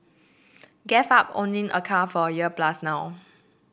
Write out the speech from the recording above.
gave up owning a car for a year plus now